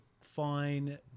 fine